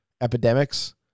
epidemics